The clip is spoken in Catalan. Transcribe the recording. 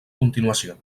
continuació